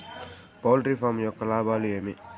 poultry farm యొక్క లాభాలు ఏమి